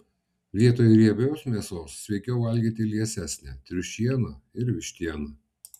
vietoj riebios mėsos sveikiau valgyti liesesnę triušieną ir vištieną